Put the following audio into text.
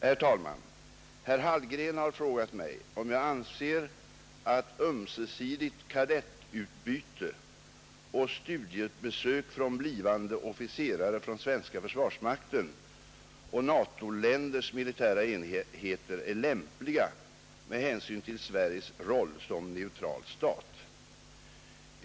Herr talman! Herr Hallgren har frågat mig om jag anser att ömsesidigt kadettutbyte och studiebesök från blivande officerare från svenska försvarsmakten och NATO-länders militära enheter är lämpliga med hänsyn till Sveriges roll som neutral stat.